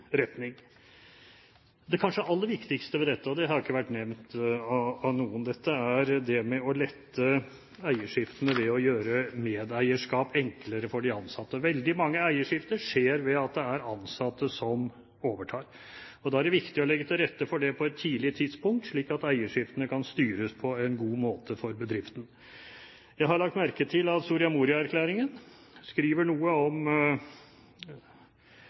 retning. Det kanskje aller viktigste ved dette – og det har ikke vært nevnt av noen – er det med å lette eierskiftene ved å gjøre medeierskap enklere for de ansatte. Veldig mange eierskifter skjer ved at det er ansatte som overtar. Da er det viktig å legge til rette for det på et tidlig tidspunkt, slik at eierskiftene kan styres på en god måte for bedriften. Jeg har lagt merke til at Soria Moria-erklæringen skriver noe om